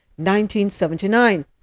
1979